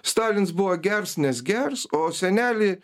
stalins buvo gers nes gers o senelį